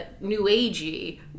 new-agey